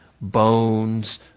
bones